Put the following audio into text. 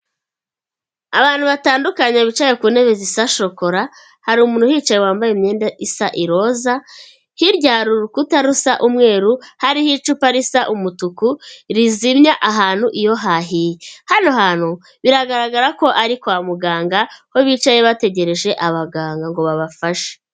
Abantu batandukanye bicaye ku ntebe zisa shokora hari umuntu u wicaye wambaye imyenda isa iroza hirya hari urukuta risa umweru hariho icupa risa umutuku rizimya ahantu iyo hahiye. Hano hantu biragaragara ko ari kwa muganga ko bicaye bategereje abaganga ngo babafashe.